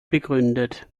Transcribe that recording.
begründet